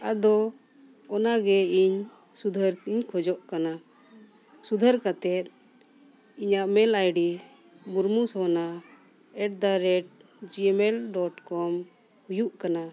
ᱟᱫᱚ ᱚᱱᱟ ᱜᱮ ᱤᱧ ᱥᱩᱫᱷᱟᱹᱨ ᱛᱤᱧ ᱠᱷᱚᱡᱚᱜ ᱠᱟᱱᱟ ᱥᱩᱫᱷᱟᱹᱨ ᱠᱟᱛᱮᱫ ᱤᱧᱟᱹᱜ mail ID Burmu Sona at the rate Gmail dot com ᱦᱩᱭᱩᱜ ᱠᱟᱱᱟ